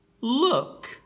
Look